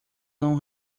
não